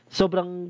sobrang